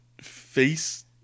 face